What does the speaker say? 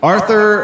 Arthur